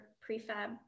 prefab